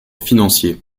financier